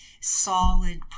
solid